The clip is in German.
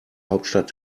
hauptstadt